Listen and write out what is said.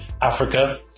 Africa